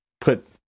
Put